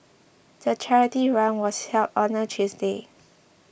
the charity run was held on a Tuesday